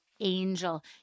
angel